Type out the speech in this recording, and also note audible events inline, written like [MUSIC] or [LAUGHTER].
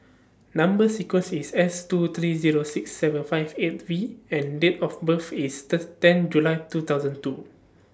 Number sequence IS S two three Zero six seven five eight V and Date of birth IS [UNINTELLIGIBLE] ten July two thousand two